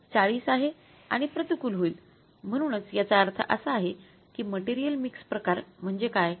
हे 40 आहे आणि प्रतिकूल होईल म्हणूनच याचा अर्थ असा आहे की मटेरियल मिक्स प्रकार म्हणजे काय